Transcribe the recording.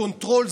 קונטרול z.